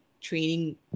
training